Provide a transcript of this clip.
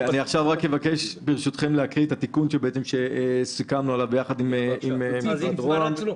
אבקש לקרוא את התיקון שסיכמנו עליו ביחד עם משרד ראש הממשלה.